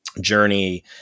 journey